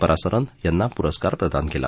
परासरन यांना पुरस्कार प्रदान केला